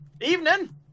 evening